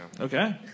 Okay